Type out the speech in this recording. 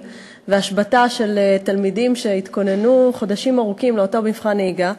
והשבתה של תלמידים שהתכוננו חודשים ארוכים לאותו מבחן נהיגה.